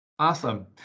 Awesome